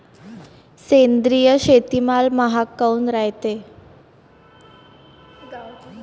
सेंद्रिय शेतीमाल महाग काऊन रायते?